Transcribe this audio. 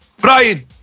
Brian